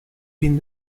been